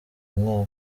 mwaka